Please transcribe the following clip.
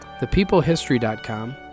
ThePeopleHistory.com